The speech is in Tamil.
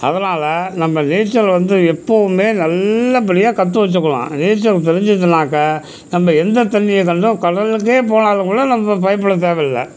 அதனால் நம்ம நீச்சல் வந்து எப்போவுமே நல்லபடியாக கற்று வெச்சிக்கணும் நீச்சல் தெரிஞ்சுதுனாக்க நம்ம எந்தத் தண்ணிய கண்டும் கடலுக்கே போனாலும் கூட நம்ம பயப்படத் தேவையில்லை